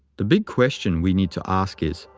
the big question we need to ask is,